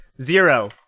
Zero